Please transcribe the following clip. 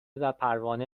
وپروانه